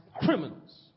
criminals